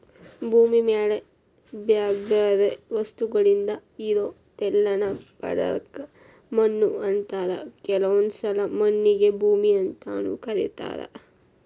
ಭೂಮಿ ಮ್ಯಾಲೆ ಬ್ಯಾರ್ಬ್ಯಾರೇ ವಸ್ತುಗಳಿಂದ ಇರೋ ತೆಳ್ಳನ ಪದರಕ್ಕ ಮಣ್ಣು ಅಂತಾರ ಕೆಲವೊಂದ್ಸಲ ಮಣ್ಣಿಗೆ ಭೂಮಿ ಅಂತಾನೂ ಕರೇತಾರ